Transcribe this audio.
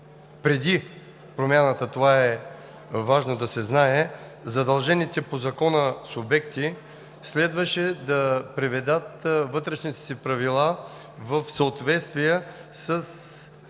Преди промяната – това е важно да се знае – задължените по Закона субекти следваше да приведат вътрешните си правила в съответствие със